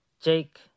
Jake